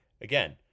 again